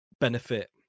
benefit